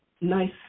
nice